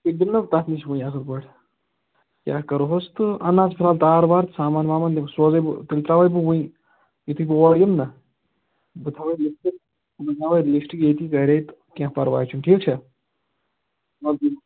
تیٚلہِ دِمہٕ نا تَتھ نِش وۅنۍ اصٕل پٲٹھۍ کیٛاہ کرہوٗس تہٕ اَنناو ژٕ فِلحال تار وار سامان وامان تِم سوزے بہٕ تِم ترٛاوَے بہٕ وُنۍ یِتھُے بہٕ اوٗر یِمہٕ نا بہٕ تھاوَے لِسٹہٕ بہٕ تھاوَے لِسٹہٕ ییٚتی گَرے تہٕ کیٚنٛہہ پرواے چھُنہٕ ٹھیٖک چھا وۅلہٕ بہٕ